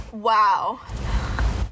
Wow